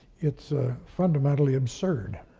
it's fundamentally absurd.